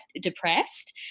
depressed